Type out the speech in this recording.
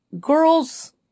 girls